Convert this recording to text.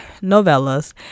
novellas